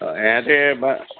এহঁতি বা